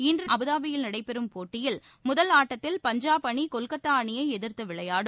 இன்று அபுதாபியில் நடைபெறும் முதல் ஆட்டத்தில் பஞ்சாப் அணி கொல்கத்தா அணியை எதிர்த்து விளையாடும்